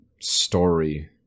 story